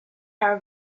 are